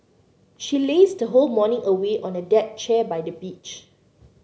she lazed whole morning away on a deck chair by the beach